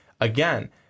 again